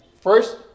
First